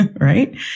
right